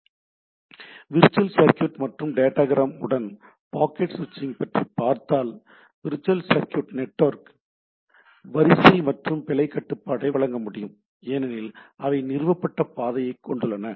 எனவே virtual circuit மற்றும் datagram உடன் பாக்கெட் சுவிட்சிங் ஐ பற்றி பார்த்தால் விர்ச்சுவல் சர்க்யூட் நெட்வொர்க் வரிசை மற்றும் பிழைக் கட்டுப்பாட்டை வழங்க முடியும் ஏனெனில் அவை நிறுவப்பட்ட பாதையைக் கொண்டுள்ளன